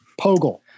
Pogel